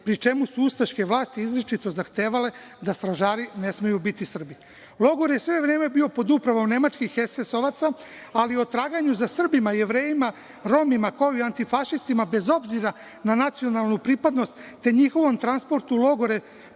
pri čemu su ustaške vlasti izričito zahtevale da stražari ne smeju biti Srbi. Logor je sve vreme bio pod upravom Nemačkih SSS-ovaca, ali o traganju za Srbima, Jevrejima, Romima, kao i antifašistima, bez obzira na nacionalnu pripadnost, te njihovom transportu u logore